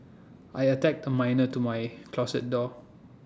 I attached A mirror to my closet door